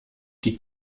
die